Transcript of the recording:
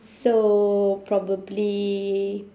so probably